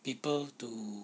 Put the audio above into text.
people to